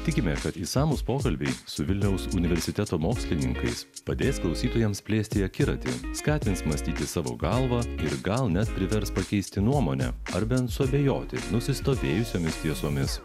tikime kad išsamūs pokalbiai su vilniaus universiteto mokslininkais padės klausytojams plėsti akiratį skatins mąstyti savo galva ir gal net privers pakeisti nuomonę ar bent suabejoti nusistovėjusiomis tiesomis